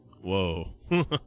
Whoa